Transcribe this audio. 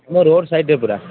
ମୋର ରୋଡ଼ ସାଇଡ଼ରେ ପୁରା